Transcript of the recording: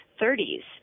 30s